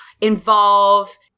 involve